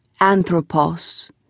ANTHROPOS